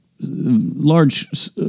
large